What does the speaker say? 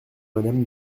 madame